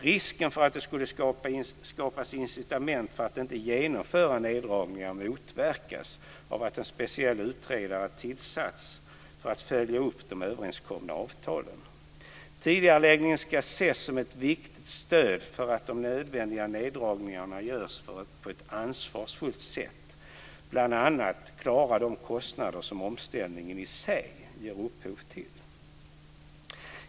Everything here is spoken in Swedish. Risken för att det skulle skapas incitament för att inte genomföra neddragningar motverkas av att en speciell utredare tillsatts för att följa upp de överenskomna avtalen. Tidigareläggningen ska ses som ett viktigt stöd för att de nödvändiga neddragningarna görs på ett ansvarsfullt sätt, bl.a. för att klara de kostnader som omställningen i sig ger upphov till.